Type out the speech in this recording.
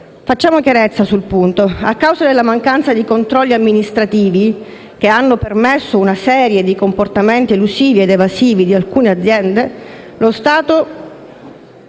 Facciamo chiarezza sul punto. A causa della mancanza di controlli amministrativi che hanno permesso una serie di comportamenti elusivi ed evasivi di alcune aziende, lo Stato,